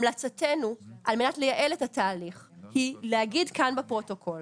המלצתנו על מנת לייעל את התהליך היא להגיד כאן בפרוטוקול